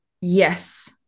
Yes